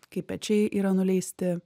kai pečiai yra nuleisti